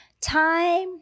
time